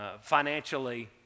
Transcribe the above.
financially